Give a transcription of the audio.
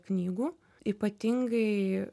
knygų ypatingai